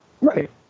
right